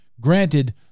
Granted